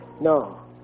No